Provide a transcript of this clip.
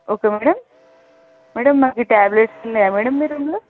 okay madam madam నాకు ఈ tablets ఉన్నాయా మేడం మీ రూమ్లో